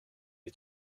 est